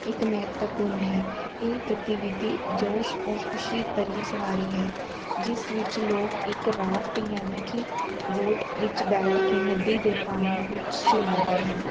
ਇੱਕ ਮਹੱਤਵਪੂਰਣ ਹੈ ਇਹ ਗਤੀਵਿਧੀ ਜੋਸ਼ ਔਰ ਖੁਸ਼ੀ ਭਰੀ ਸਵਾਰੀ ਹੈ ਜਿਸ ਵਿੱਚ ਲੋਕ ਇੱਕ ਰਾਫਟ ਯਾਨੀ ਕਿ ਬੋਟ ਵਿੱਚ ਬੈਠ ਕੇ ਨਦੀ ਦੇ ਪਾਣੀਆਂ ਵਿੱਚ ਚਲਾਉਂਦੇ ਹਨ